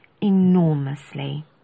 enormously